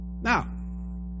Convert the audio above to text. Now